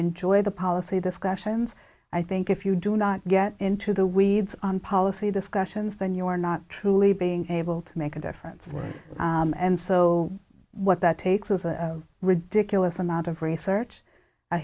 enjoy the policy discussions i think if you do not get into the weeds on policy discussions then you are not truly being able to make a difference and so what that takes is a ridiculous amount of research a